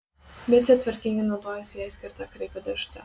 micė tvarkingai naudojasi jai skirta kraiko dėžute